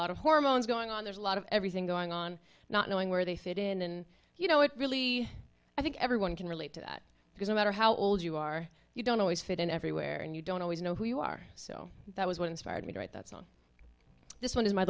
lot of hormones going on there's a lot of everything going on not knowing where they fit in and you know it really i think everyone can relate to that because no matter how old you are you don't always fit in everywhere and you don't always know who you are so that was what inspired me to write this one is